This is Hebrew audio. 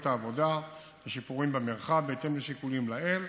העבודה לשיפורים במרחב בהתאם לשיקולים לעיל.